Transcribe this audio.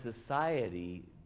society